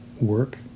work